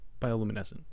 bioluminescent